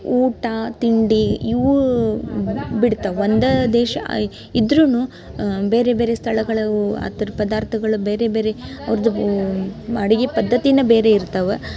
ಊಟ ತಿಂಡಿ ಇವೂ ಬಿಡ್ತ ಒಂದು ದೇಶ ಇದ್ರೂ ಬೇರೆ ಬೇರೆ ಸ್ಥಳಗಳು ಅವೂ ಅತ್ರ್ ಪದಾರ್ಥಗಳು ಬೇರೆ ಬೇರೆ ಅವ್ರದ್ದು ಬೂ ಅಡಿಗೆ ಪದ್ದತಿಯೇ ಬೇರೆ ಇರ್ತವೆ